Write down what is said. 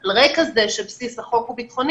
על רקע זה שבסיס החוק הוא ביטחוני.